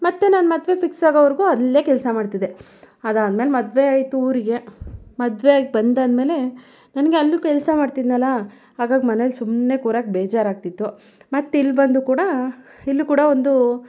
ಮತ್ತೆ ನನ್ನ ಮದುವೆ ಫಿಕ್ಸ್ ಆಗೋವರೆಗು ಅಲ್ಲೆ ಕೆಲಸ ಮಾಡ್ತಿದ್ದೆ ಅದಾದ ಮೇಲೆ ಮದುವೆಯಾಯ್ತು ಊರಿಗೆ ಮದ್ವೆಯಾಗಿ ಬಂದಾದ ಮೇಲೆ ನನಗೆ ಅಲ್ಲೂ ಕೆಲಸ ಮಾಡ್ತಿದ್ದೆನಲ್ಲ ಆಗಾಗ ಮನೇಲಿ ಸುಮ್ಮನೆ ಕೂರೋಕೆ ಬೇಜಾರಾಗ್ತಿತ್ತು ಮತ್ತು ಇಲ್ಲಿ ಬಂದು ಕೂಡ ಇಲ್ಲೂ ಕೂಡ ಒಂದು